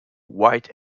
white